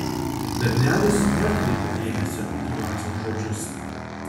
bernelis neatkreipė dėmesio į vaciaus žodžius